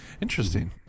Interesting